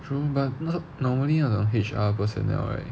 true but normally 那种 H_R personnel right